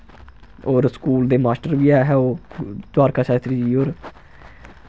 होर स्कूल दे मास्टर बी ऐ हे ओह् द्वारका शास्त्री जी होर